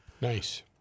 Nice